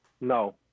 No